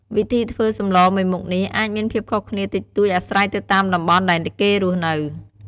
វិធីធ្វើសម្លមួយមុខនេះអាចមានភាពខុសគ្នាតិចតួចអាស្រ័យទៅតាមតំបន់ដែលគេរស់នៅ។